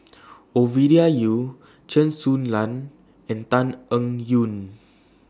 Ovidia Yu Chen Su Lan and Tan Eng Yoon